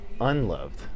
unloved